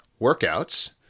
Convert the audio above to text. workouts